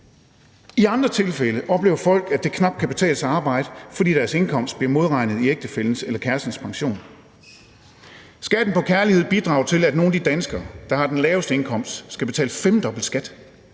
I andre tilfælde oplever folk, at det knap kan betale sig at arbejde, fordi deres indkomst bliver modregnet i ægtefællens eller kærestens pension. Skatten på kærlighed bidrager til, at nogle af de danskere, der har den laveste indkomst, skal betale femdobbelt skat.